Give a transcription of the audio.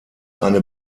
eine